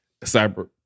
Cyber